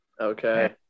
okay